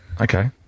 Okay